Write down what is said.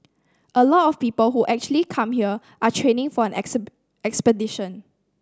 a lot of people who actually come here are training for an expedition